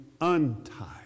untied